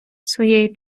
своєю